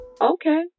okay